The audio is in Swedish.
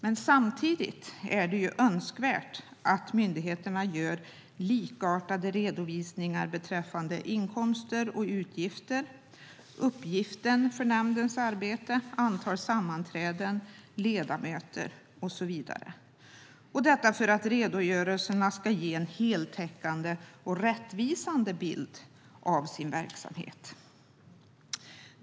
Men samtidigt är det önskvärt att myndigheterna gör likartade redovisningar beträffande inkomster och utgifter, uppgifter för nämnden, antal sammanträden, ledamöter och så vidare - detta för att redogörelserna ska ge en heltäckande och rättvisande bild av nämndernas verksamhet.